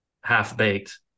half-baked